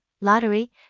lottery